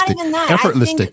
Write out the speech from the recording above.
effortless